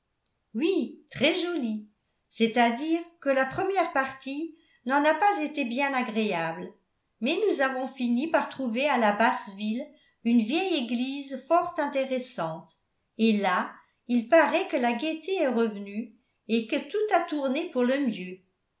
oui très jolie c'est-à-dire que la première partie n'en a pas été bien agréable mais nous avons fini par trouver à la basse ville une vieille église fort intéressante et là il paraît que la gaieté est revenue et que tout a tourné pour le mieux